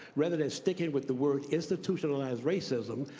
rather than sticking with the word institutionalizeed racism,